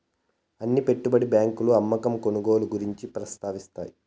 అన్ని పెట్టుబడి బ్యాంకులు అమ్మకం కొనుగోలు గురించి ప్రస్తావిస్తాయి